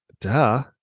Duh